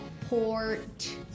port